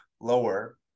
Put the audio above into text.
lower